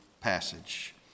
passage